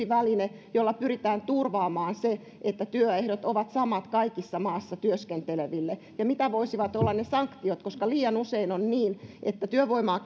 väline jolla pyritään turvaamaan se että työehdot ovat samat kaikille maassa työskenteleville entä mitä voisivat olla ne sanktiot koska liian usein on niin että työvoimaa